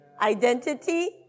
identity